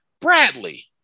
bradley